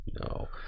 No